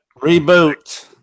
Reboot